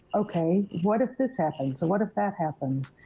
okay, what if this happens, what if that happens?